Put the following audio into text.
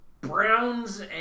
Browns